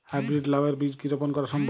High breed লাও এর বীজ কি রোপন করা সম্ভব?